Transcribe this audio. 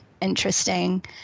interesting